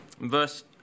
verse